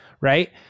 right